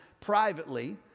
privately